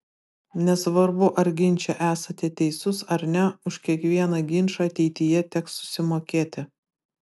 nesvarbu ar ginče esate teisus ar ne už kiekvieną ginčą ateityje teks susimokėti